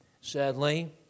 Sadly